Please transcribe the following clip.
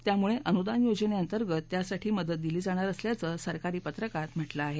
त्यामुळे अनुदान योजनेअंतर्गत त्यासाठी मदत दिली जाणार असल्याचं सरकारी पत्रकात म्हटलं आहे